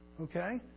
okay